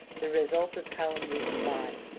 the result of calumnies and lies,